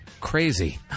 crazy